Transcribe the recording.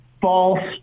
false